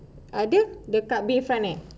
ada dekat bayfront eh